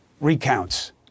recounts